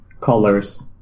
colors